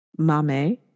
Mame